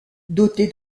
dotée